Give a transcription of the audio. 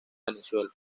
venezuela